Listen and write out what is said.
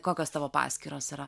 kokios tavo paskyros yra